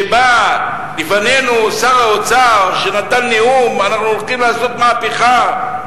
שבא לפנינו שר האוצר ונתן נאום: אנחנו רוצים לעשות מהפכה,